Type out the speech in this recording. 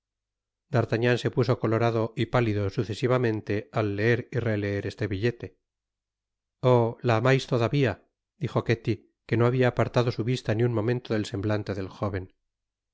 d'artagnan se puso colorado y pálido sucesivamente al leer y releer este billete oh la amais todavia dijo ketty que no habia apartado su vista ni un momento del semblante del jóven